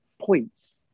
points